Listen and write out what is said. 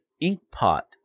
Inkpot